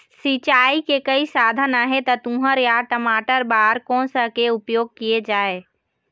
सिचाई के कई साधन आहे ता तुंहर या टमाटर बार कोन सा के उपयोग किए जाए?